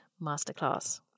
masterclass